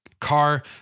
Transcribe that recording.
car